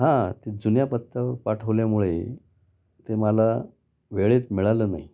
हां ते जुन्या पत्त्यावर पाठवल्यामुळे ते मला वेळेत मिळालं नाही